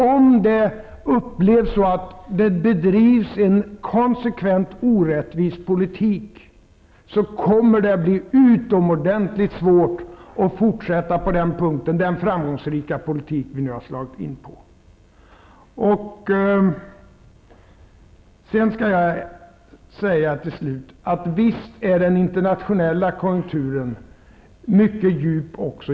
Om det upplevs så att det bedrivs en konsekvent orättvis politik, kommer det att bli utomordentligt svårt att fortsätta den framgångsrika politik som vi nu har slagit in på. Till sist vill jag säga att visst är också den internationella konjunkturen mycket djup.